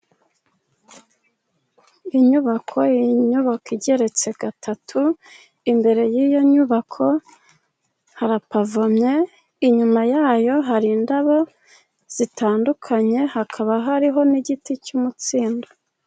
Inyubako igeretse gatatu imbere y'iyo nyubako harapavomye, inyuma yayo hari indabo zitandukanye hakaba hariho n'igiti cy'umutsindo.